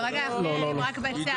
כרגע אנחנו רק בצו.